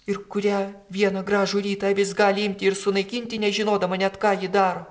ir kurią vieną gražų rytą avis gali imti ir sunaikinti nežinodama net ką ji daro